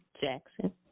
Jackson